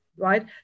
Right